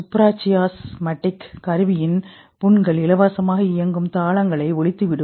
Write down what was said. சுப்ராச்சியாஸ்மாடிக் கருவின் புண்கள் இலவசமாக இயங்கும் தாளங்களை ஒழித்து விடும்